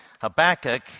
Habakkuk